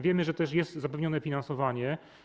Wiemy, że jest też zapewnione finansowanie.